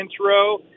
intro